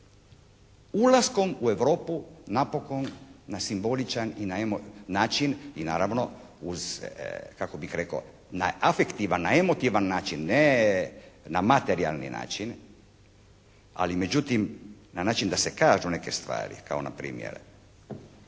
ulaskom u Europu napokon na simboličan način i naravno uz, kako bih rekao, na afektivan način, na emotivan način, ne na materijalni način, ali međutim na način da se kažu neke stvari. Kao npr.